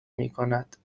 میکند